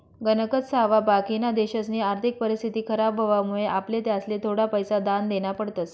गणकच सावा बाकिना देशसनी आर्थिक परिस्थिती खराब व्हवामुळे आपले त्यासले थोडा पैसा दान देना पडतस